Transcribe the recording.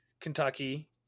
Kentucky